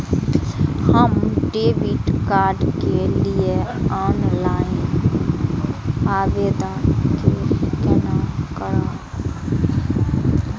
हम debit card के लिए ऑनलाइन आवेदन केना करब?